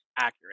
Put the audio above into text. accurate